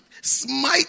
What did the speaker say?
smite